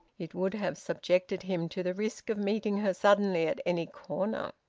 it would have subjected him to the risk of meeting her suddenly at any corner.